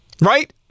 Right